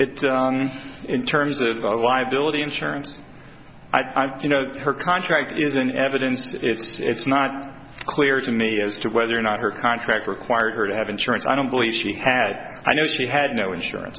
it in terms of liability insurance i'm you know her contract is in evidence it's not clear to me as to whether or not her contract required her to have insurance i don't believe she had i know she had no insurance